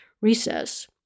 recess